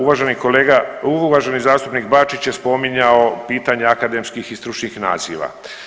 Uvaženi kolega, uvaženi zastupnik Bačić je spominjao pitanja akademskih i stručnih naziva.